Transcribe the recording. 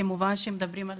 כמובן שכאשר מדברים על